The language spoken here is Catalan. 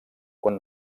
quan